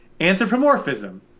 anthropomorphism